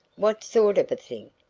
what sort of a thing?